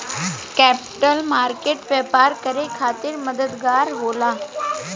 capital market व्यापार करे खातिर मददगार होला